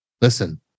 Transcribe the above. Listen